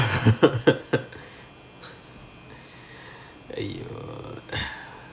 !aiyo!